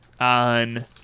on